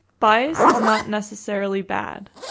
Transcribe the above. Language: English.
bias is not necessarily bad.